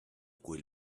quel